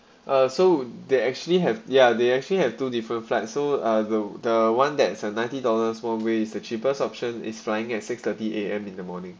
so they actually have yeah they actually have two different flight so uh the the one that is uh ninety dollars one way is the cheapest option is flying at six thirty A_M in the morning